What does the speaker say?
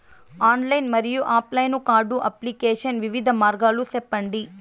Online మరియు offline card application వివిధ మార్గాలు సెప్పండి?